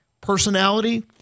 Personality